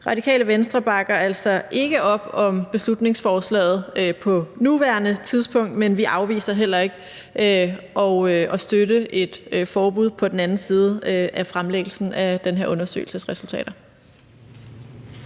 Radikale Venstre bakker altså ikke op om beslutningsforslaget på nuværende tidspunkt, men vi afviser heller ikke at støtte et forbud på den anden side af fremlæggelsen af den her undersøgelses resultater.